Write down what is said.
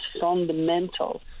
fundamental